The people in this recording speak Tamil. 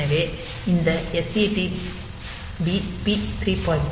எனவே இந்த SETB P3